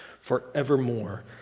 forevermore